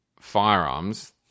firearms